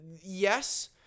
Yes